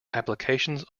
applications